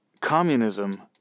Communism